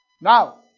Now